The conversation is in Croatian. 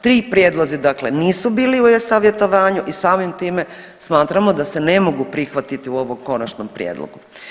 Ti prijedlozi dakle nisu bili u e-savjetovanju i samim time smatramo da se ne mogu prihvatiti u ovom konačnom prijedlogu.